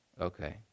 okay